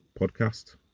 Podcast